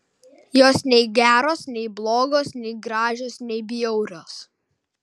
jos nei geros nei blogos nei gražios nei bjaurios